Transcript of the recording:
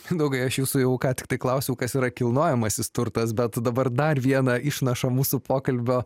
mindaugai aš jūsų jau ką tiktai klausiau kas yra kilnojamasis turtas bet dabar dar vieną išnašą mūsų pokalbio